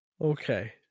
Okay